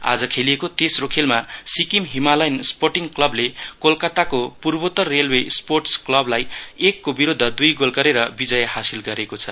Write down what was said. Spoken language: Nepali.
आज खेलिएको तेस्रो खेलमा सिक्किम हिमालयन स्पोर्टिङ क्लबले कोलकाताको पूर्वोत्तर रेलवे स्पर्टस् क्लबलाई एकको विरुद्ध दुई गोल गेरर विजय हासिल गरेको छ